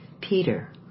Peter